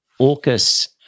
AUKUS